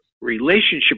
relationship